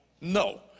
No